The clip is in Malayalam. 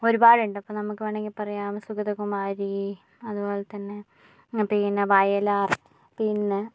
ഒരുപാട് ഉണ്ട് ഇപ്പോൾ നമുക്ക് വേണെങ്കി പറയാം ഇപ്പോ സുഗതകുമാരി അതുപോലെത്തന്നെ മറ്റേ ഇങ്ങനെ വയലാർ പിന്നെ